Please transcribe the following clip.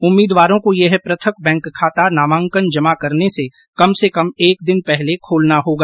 उम्मीदवारों को यह प्रथक बैंक खाता नामांकन जमा करने से कम से कम एक दिन पहले खोलना होगा